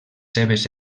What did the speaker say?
seves